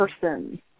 person